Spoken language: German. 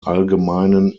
allgemeinen